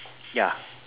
ya